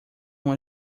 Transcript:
uma